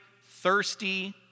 thirsty